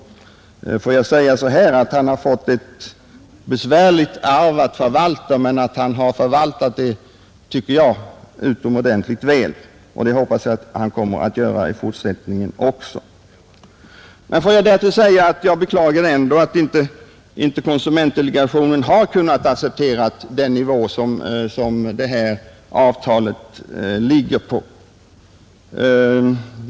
Ändå vill jag säga att jordbruksministern har fått ett besvärligt arv att förvalta men att han förvaltat det utomordentligt väl, och det hoppas jag att han kommer att göra i fortsättningen också. Jag beklagar att konsumentdelegationen inte har kunnat acceptera den nivå som det här avtalet ligger på.